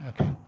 okay